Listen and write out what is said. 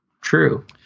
true